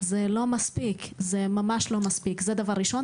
זה לא מספיק, זה ממש לא מספיק, זה דבר ראשון.